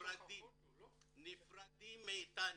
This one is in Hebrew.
נפרדים מאיתנו.